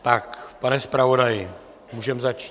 Tak pane zpravodaji, můžeme začít.